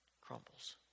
crumbles